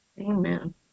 Amen